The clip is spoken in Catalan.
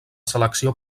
selecció